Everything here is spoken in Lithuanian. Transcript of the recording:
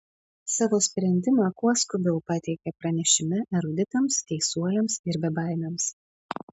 savo sprendimą kuo skubiau pateikė pranešime eruditams teisuoliams ir bebaimiams